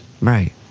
Right